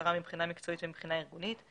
ההכשרה מבחינה מקצועית ומבחינה ארגונית,